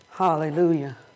Hallelujah